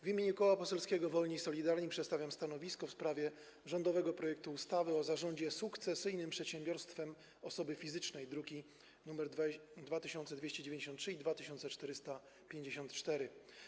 W imieniu Koła Poselskiego Wolni i Solidarni przedstawiam stanowisko w sprawie rządowego projektu ustawy o zarządzie sukcesyjnym przedsiębiorstwem osoby fizycznej, druki nr 2293 i 2454.